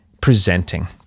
presenting